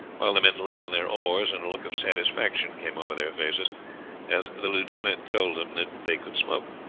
while the men lay on their oars, and a look of satisfaction came over their faces as the lieutenant told them that they could smoke.